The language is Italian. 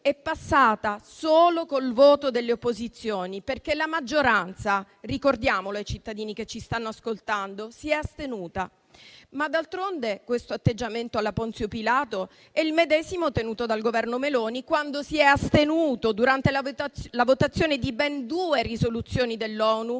e passata solo con il voto delle opposizioni, perché la maggioranza - ricordiamolo ai cittadini che ci stanno ascoltando - si è astenuta. D'altronde, questo atteggiamento alla Ponzio Pilato è il medesimo tenuto dal Governo Meloni quando si è astenuto durante la votazione di ben due risoluzioni dell'ONU